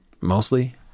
mostly